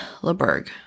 LeBerg